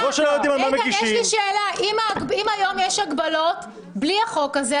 אם היום יש הגבלות בלי החוק הזה,